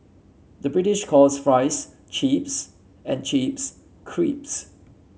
the British calls fries chips and chips